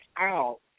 out